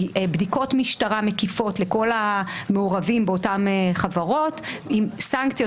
בדיקות משטרה מקיפות לכל המעורבים באותן חברות עם סנקציות